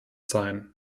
sein